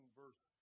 verse